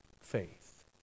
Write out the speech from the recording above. faith